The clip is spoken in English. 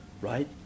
right